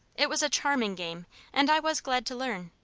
it was a charming game and i was glad to learn.